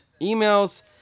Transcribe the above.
emails